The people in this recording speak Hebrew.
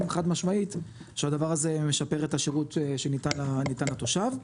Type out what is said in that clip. חד-משמעית שהדבר הזה משפר את השירות שניתן לתושב.